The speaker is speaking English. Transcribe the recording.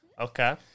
Okay